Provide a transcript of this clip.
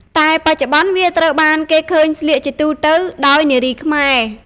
តែបច្ចុប្បន្ន វាត្រូវបានគេឃើញស្លៀកជាទូទៅដោយនារីខ្មែរ។